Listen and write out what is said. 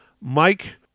Mike